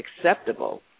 acceptable